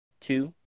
two